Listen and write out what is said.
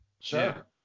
Sure